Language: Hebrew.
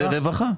זה רווחה.